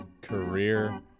career